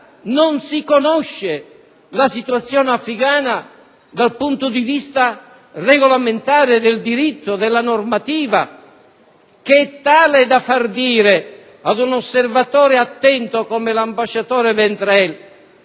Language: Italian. non si conosce la situazione afghana dal punto di vista regolamentare, del diritto, della normativa, che è tale da far dire ad un osservatore attento come l'ambasciatore Vendrell